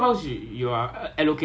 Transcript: a three crab person ah